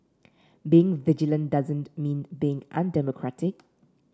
being vigilant doesn't mean being undemocratic